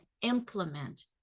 implement